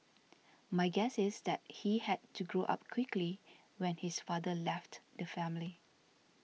my guess is that he had to grow up quickly when his father left the family